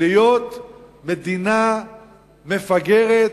להיות מדינה מפגרת,